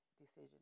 decision